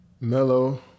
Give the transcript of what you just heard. Mellow